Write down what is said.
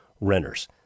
renters